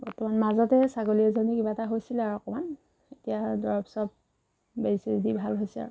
বৰ্তমান মাজতে ছাগলী এজনী কিবা এটা হৈছিলে আৰু অকণমান এতিয়া দৰব চৰব বেজী চেজী দি ভাল হৈছে আৰু